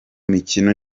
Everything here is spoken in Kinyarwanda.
mikino